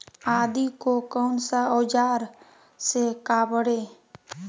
आदि को कौन सा औजार से काबरे?